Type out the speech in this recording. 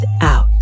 out